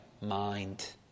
mind